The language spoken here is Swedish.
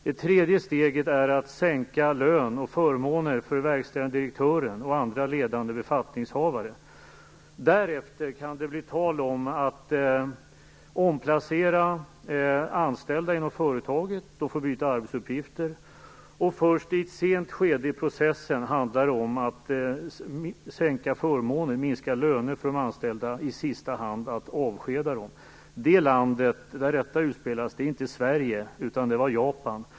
Det tredje steget är att man sänker lönen och minskar förmånerna för verkställande direktören och andra ledande befattningshavare. Därefter kan det bli tal om att omplacera anställda inom företaget. De får byta arbetsuppgifter. Först i ett sent skede i processen sänker man lönerna för de anställda och i sista hand kan det bli fråga om att avskeda dem. Det är inte i Sverige som detta utspelas utan det är i Japan.